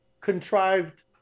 contrived